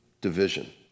division